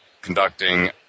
conducting